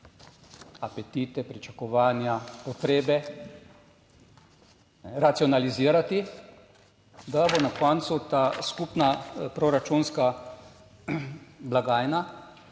apetite, pričakovanja, potrebe racionalizirati, da bo na koncu ta skupna proračunska blagajna